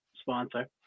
Sponsor